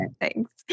Thanks